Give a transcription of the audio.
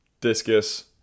Discus